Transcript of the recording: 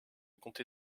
comté